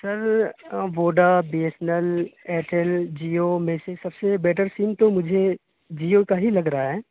سر Voda B S N L Airtel Jio میں سے سب سے بیٹر سیم تو مجھے جیو کا ہی لگ رہا ہے